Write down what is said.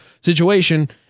situation